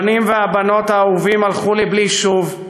הבנים והבנות האהובים הלכו לבלי שוב,